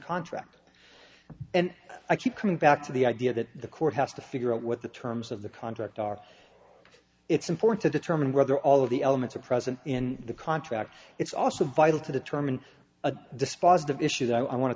contract and i keep coming back to the idea that the court has to figure out what the terms of the contract are it's important to determine whether all of the elements are present in the contract it's also vital to determine a dispositive issue that i want to